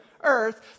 earth